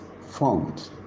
formed